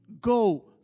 go